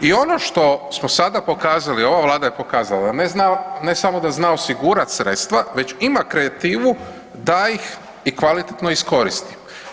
I ono što smo sada pokazali ova Vlada je pokazala da ne samo da zna osigurat sredstva, već ima kreativu da ih kvalitetno i iskoristi.